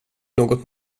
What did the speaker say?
något